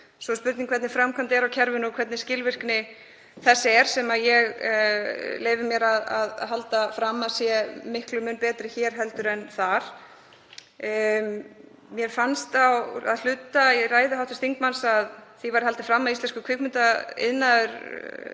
Svo er spurning hvernig framkvæmdin er á kerfinu og hver skilvirkni þess er, sem ég leyfi mér að halda fram að sé miklum mun betri hér en þar. Mér fannst að hluta í ræðu hv. þingmanns því vera haldið fram að íslenskum kvikmyndaiðnaði blæddi